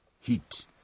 heat